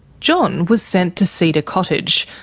john was sent to cedar cottage,